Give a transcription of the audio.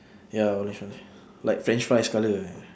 ya orange col~ like french fries colour